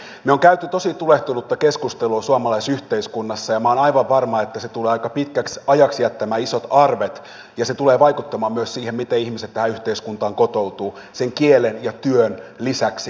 me olemme käyneet tosi tulehtunutta keskustelua suomalaisessa yhteiskunnassa ja minä olen aivan varma että se tulee aika pitkäksi ajaksi jättämään isot arvet ja se tulee vaikuttamaan myös siihen miten ihmiset tähän yhteiskuntaan kotoutuvat sen kielen ja työn lisäksi